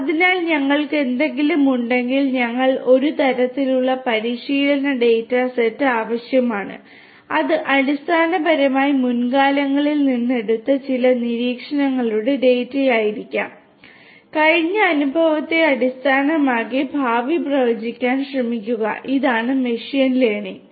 അതിനാൽ ഞങ്ങൾക്ക് എന്തെങ്കിലുമുണ്ടെങ്കിൽ ഞങ്ങൾക്ക് ഒരു തരത്തിലുള്ള പരിശീലന ഡാറ്റ സെറ്റ് ആവശ്യമാണ് അത് അടിസ്ഥാനപരമായി മുൻകാലങ്ങളിൽ നിന്ന് എടുത്ത ചില നിരീക്ഷണങ്ങളുടെ ഡാറ്റയായിരിക്കും കഴിഞ്ഞ അനുഭവത്തെ അടിസ്ഥാനമാക്കി ഭാവി പ്രവചിക്കാൻ ശ്രമിക്കുക ഇതാണ് മെഷീൻ ലേണിംഗ്